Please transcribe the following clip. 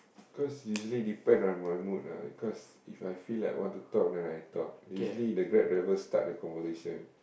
first usually depend on my mood lah cause If I feel like want to talk then I talk usually the Grab driver start the conversation